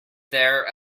there